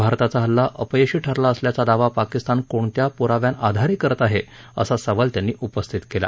भारताचा हल्ला अपयशी ठरला असल्याचा दावा पाकिस्तान कोणत्या पुराव्यांआधारे करत आहे असा सवाल त्यांनी उपस्थित केला